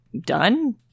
done